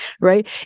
right